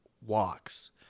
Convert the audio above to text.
walks